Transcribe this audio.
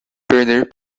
perder